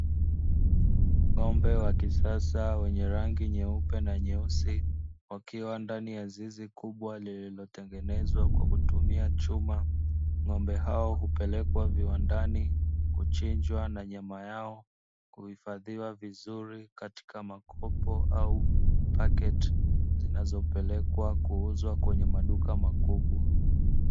Ng'ombe wa kisasa wenye rangi nyeupe na nyeusi wakiwa ndani ya zizi kubwa, lililotengenezwa kwa kutumia chuma, ng'ombe hao hupelekwa viwandani kuchinjwa na nyama yao kuhifadhiwa vizuri katika makopo au pakiti zinazopelekwa kuuzwa kwenye maduka makubwa.